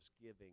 giving